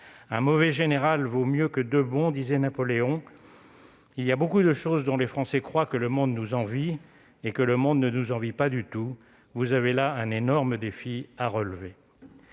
Un mauvais général vaut mieux que deux bons !» disait Napoléon. Il y a beaucoup de choses que les Français croient que le monde nous envie, mais que le monde ne nous envie pas du tout. Vous avez là un énorme défi à relever.